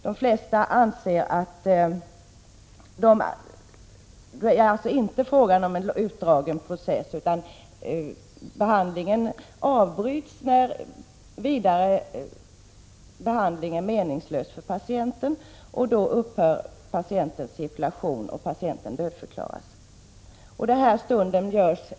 Det är inte fråga om en utdragen process, utan behandlingen avbryts när vidare behandling är meningslös för patienten. Då upphör patientens cirkulation och patienten dödförklaras.